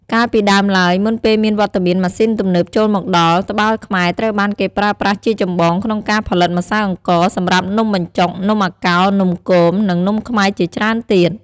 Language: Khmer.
កាលពីដើមឡើយ មុនពេលមានវត្តមានម៉ាស៊ីនទំនើបចូលមកដល់ ត្បាល់ខ្មែរត្រូវបានគេប្រើប្រាស់ជាចម្បងក្នុងការផលិតម្សៅអង្ករសម្រាប់នំបញ្ចុក នំអាកោ នំគម និងនំខ្មែរជាច្រើនទៀត។